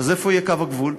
אז איפה יהיה קו הגבול?